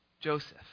Joseph